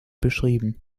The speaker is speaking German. beschrieben